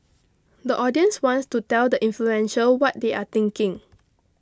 the audience wants to tell the influential what they are thinking